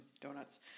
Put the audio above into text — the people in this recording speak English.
donuts